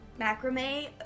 macrame